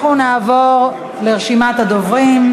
אנחנו נעבור לרשימת הדוברים.